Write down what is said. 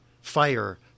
fire